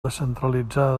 descentralitzada